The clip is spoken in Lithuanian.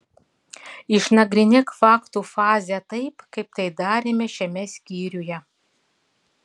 išnagrinėk faktų fazę taip kaip tai darėme šiame skyriuje